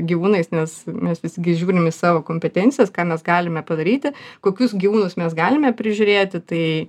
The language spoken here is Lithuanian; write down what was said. gyvūnais nes mes visgi žiūrim į savo kompetencijas ką mes galime padaryti kokius gyvūnus mes galime prižiūrėti tai